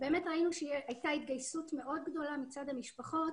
ראינו שהייתה התגייסות מאוד גדולה מצד המשפחות